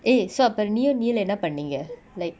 eh so அப்ரோ நீயு:apro neeyu leave lah என்ன பன்னிங்க:enna panninga like